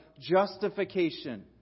justification